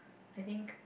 I think